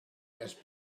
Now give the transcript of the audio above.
has